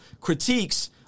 critiques